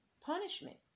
punishment